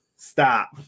Stop